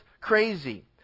crazy